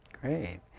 Great